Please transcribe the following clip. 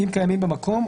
אם קיימים במקום,